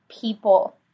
people